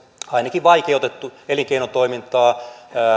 ainakin vaikeutettu elinkeinotoimintaa